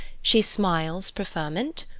she smiles preferment,